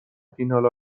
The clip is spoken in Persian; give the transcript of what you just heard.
فینال